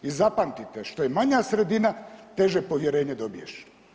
I zapamtite, što je manja sredina teže povjerenje dobiješ.